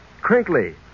crinkly